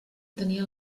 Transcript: tenia